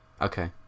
okay